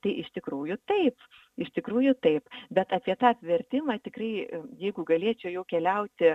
tai iš tikrųjų taip iš tikrųjų taip bet apie tą atvertimą tikrai jeigu galėčiau jau keliauti